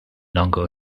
shorter